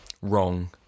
wrong